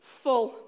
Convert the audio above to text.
full